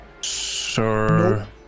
Sir